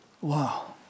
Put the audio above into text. Wow